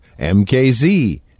MKZ